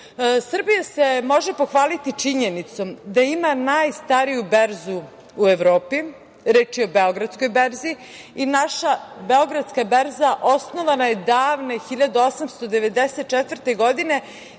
se može pohvaliti činjenicom da ima najstariju berzu u Evropi, reč je o beogradskoj berzi i naša beogradska berza osnovana je davne 1894. godine